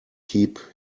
keep